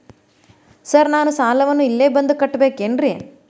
Sir ನಾನು ಸಾಲವನ್ನು ಇಲ್ಲೇ ಬಂದು ಕಟ್ಟಬೇಕೇನ್ರಿ?